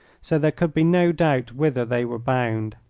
so there could be no doubt whither they were bound.